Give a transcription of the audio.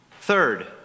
Third